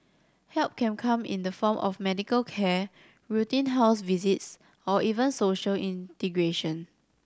help can come in the form of medical care routine house visits or even social integration